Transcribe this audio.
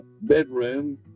bedroom